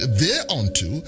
thereunto